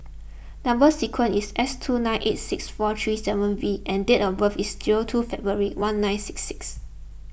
Number Sequence is S two nine eight six four three seven V and date of birth is two February one nine six six